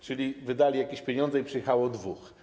Czyli wydali jakieś pieniądze i przyjechało dwóch.